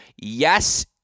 Yes